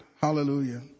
Hallelujah